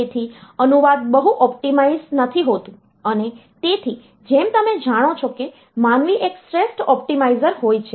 તેથી અનુવાદ બહુ ઑપ્ટિમાઇઝ નથી હોતું અને તેથી જેમ તમે જાણો છો કે માનવી એક શ્રેષ્ઠ ઑપ્ટિમાઇઝર હોય છે